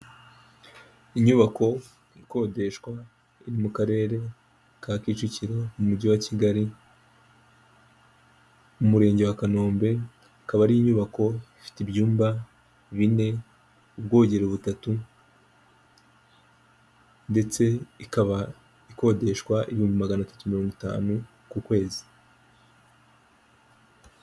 Inyubako ikodeshwa iri mu karere ka Kicukiro mu mujyi wa Kigali umurenge wa Kanombe, akaba ari inyubako ifite ibyumba bine ubwogero butatu ndetse ikaba ikodeshwa ibihumbi maganatatu mirongo itanu ku kwezi.